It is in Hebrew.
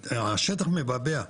השטח מבעבע.